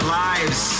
lives